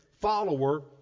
follower